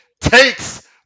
takes